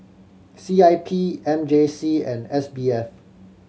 C I P M J C and S B F